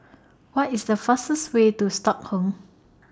What IS The fastest Way to Stockholm